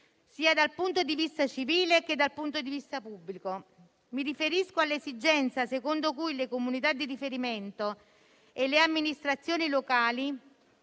vive dal punto di vista sia civile che pubblico. Mi riferisco all'esigenza secondo cui le comunità di riferimento e le amministrazioni locali